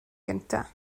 gyntaf